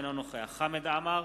אינו נוכח חמד עמאר,